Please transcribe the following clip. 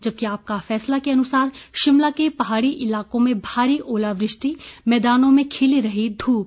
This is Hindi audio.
जबकि आपका फैसला के अनुसार शिमला के पहाड़ी इलाकों में भारी ओलावृष्टि मैदानों में खिली रही धूप